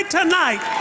tonight